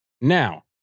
Now